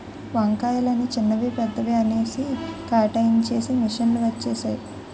వంకాయలని చిన్నవి పెద్దవి అనేసి కేటాయించేసి మిషన్ లు వచ్చేసాయి